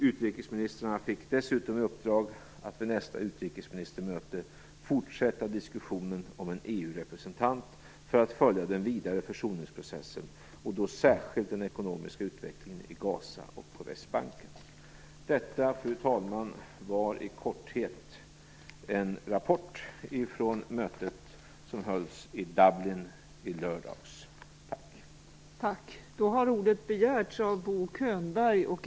Utrikesministrarna fick dessutom i uppdrag att vid nästa utrikesministermöte fortsätta diskussionen om en EU-representant för att följa den vidare försoningsprocessen och då särskilt den ekonomiska utvecklingen i Gaza och på Västbanken. Detta, fru talman, var i korthet en rapport från mötet som hölls i Dublin i lördags. Tack!